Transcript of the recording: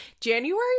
January